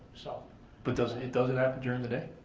so but does and it does it happen during the day?